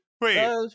wait